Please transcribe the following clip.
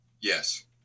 Yes